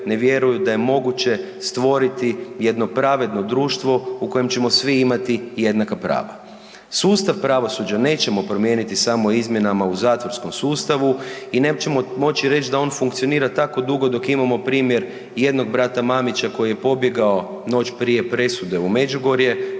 ne vjeruju da je moguće stvoriti jedno pravedno društvo u kojem ćemo svi imati jednaka prava. Sustav pravosuđa nećemo promijeniti samo izmjenama u zatvorskom sustavu i nećemo moći reći da on funkcionira tako dugo dok imamo primjer jednog brata Mamića koji je pobjegao noć prije presude u Međugorje